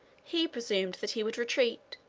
he presumed that he would retreat,